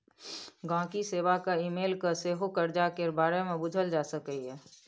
गांहिकी सेबा केँ इमेल कए सेहो करजा केर बारे मे बुझल जा सकैए